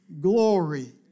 glory